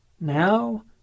Now